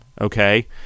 okay